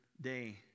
day